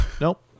Nope